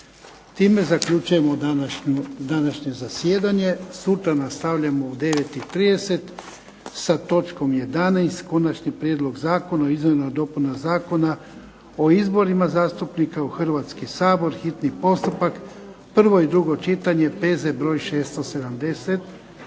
Time zaključujemo današnje zasjedanje. Sutra nastavljamo u 9,30 sa točkom 11. Konačni prijedlog Zakona o izmjenama i dopunama Zakona o izborima zastupnika u Hrvatski sabor, hitni postupak, prvo i drugo čitanje, P.Z.br. 670.